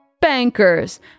Bankers